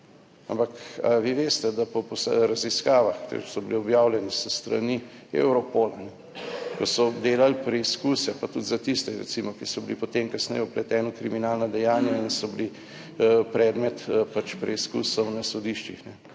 ampak ali vi veste, da po raziskavah, ker so bili objavljeni s strani Europola, ko so delali preizkuse, pa tudi za tiste recimo, ki so bili, potem kasneje vpleteni v kriminalna dejanja in so bili predmet pač preizkusov na sodiščih